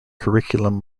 curriculum